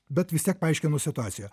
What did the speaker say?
bet vis tiek paaiškinu situaciją